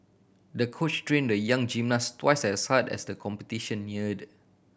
the coach train the young gymnast twice as hard as the competition neared